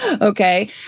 okay